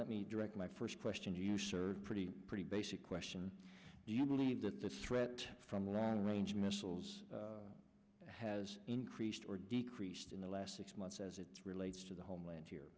let me direct my first question to you sir pretty pretty basic question do you believe that the threat from the range missiles has increased or decreased in the last six months as it relates to the homeland